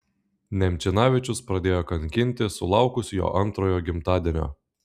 nemčinavičius pradėjo kankinti sulaukus jo antrojo gimtadienio